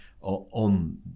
on